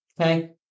Okay